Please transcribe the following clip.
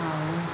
ଆଉ